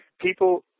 people